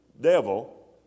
devil